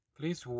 Please